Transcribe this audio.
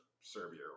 Serbia